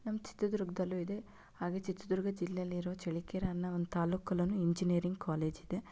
ನಮ್ಮ ಚಿತ್ರದುರ್ಗದಲ್ಲೂ ಇದೆ ಹಾಗೆ ಚಿತ್ರದುರ್ಗ ಜಿಲ್ಲೆಯಲ್ಲಿರುವ ಚಳ್ಳಕೆರೆ ಅನ್ನೋ ಒಂದು ತಾಲೂಕಲ್ಲೂನು ಇಂಜಿನಿಯರಿಂಗ್ ಕಾಲೇಜ್ ಇದೆ